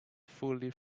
fully